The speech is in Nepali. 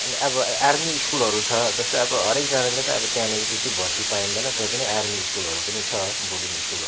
अब आर्मी सकुलहरू छ जस्तो अब हरेकजनाले त अब त्यहाँनेर त्यति भर्ती पाइँदैन तैपनि आर्मी सकुलहरू पनि छ बोर्डिङ सकुलहरू